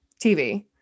TV